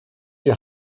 die